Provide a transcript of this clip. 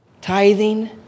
Tithing